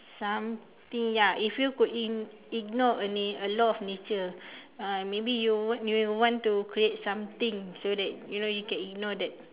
something ya if you could ig~ ignore a na~ a law of nature uh maybe you want you may want to create something so that you know you can ignore that